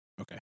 okay